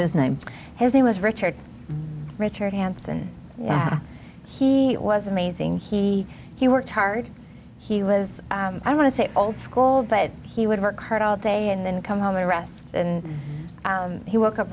his name his he was richard richard hanson yeah he was amazing he he worked hard he was i want to say old school but he would work hard all day and then come home and rest and he woke up